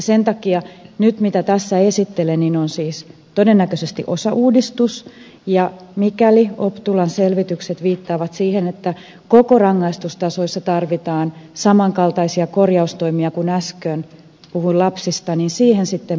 sen takia nyt tämä mitä tässä esittelen on todennäköisesti siis osauudistus ja mikäli optulan selvitykset viittaavat siihen että koko rangaistustasoissa tarvitaan saman kaltaisia korjaustoimia kuin mistä puhuin äsken lasten kohdalla niin siihen sitten palataan